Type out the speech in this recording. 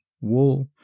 wool